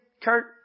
Kurt